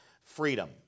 freedom